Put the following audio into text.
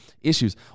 issues